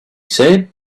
said